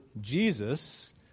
Jesus